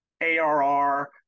ARR